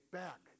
back